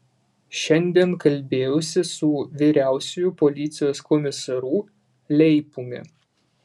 šiandien kalbėjausi su vyriausiuoju policijos komisaru leipumi